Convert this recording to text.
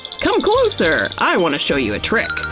come closer, i wanna show you a trick,